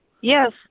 Yes